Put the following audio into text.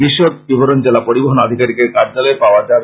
বিশদ বিবরন জেলা পরিবহন আধিকারীকের কার্য্যলয়ে পাওয়া যাবে